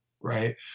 right